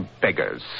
Beggars